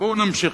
ובואו נמשיך.